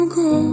go